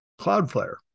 Cloudflare